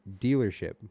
dealership